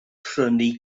prynu